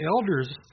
elders